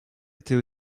était